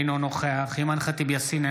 אינו נוכח אימאן ח'טיב יאסין,